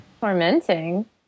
Tormenting